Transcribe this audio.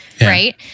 right